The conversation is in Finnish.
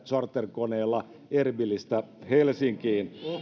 charter koneella erbilistä helsinkiin